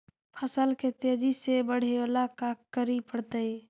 फसल के तेजी से बढ़ावेला का करे पड़तई?